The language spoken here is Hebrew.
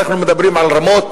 אנחנו מדברים על רמות